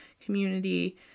community